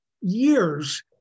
years